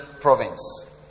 province